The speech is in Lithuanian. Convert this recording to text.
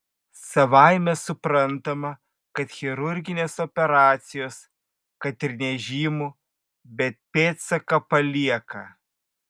savaime suprantama kad chirurginės operacijos kad ir nežymų bet pėdsaką palieka